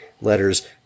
letters